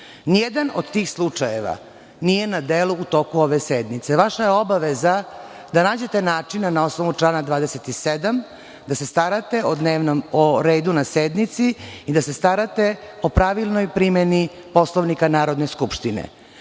Nijedan od tih slučajeva nije na delu u toku ove sednice. Vaša je obaveza da nađete načina na osnovu člana 27. da se starate o redu na sednici i da se starate o pravilnoj primeni Poslovnika Narodne skupštine. Kao